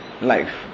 life